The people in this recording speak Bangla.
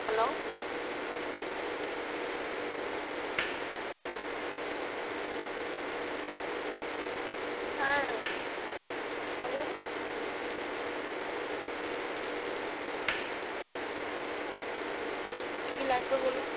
হ্যালো হ্যাঁ বলুন কী লাগবে বলুন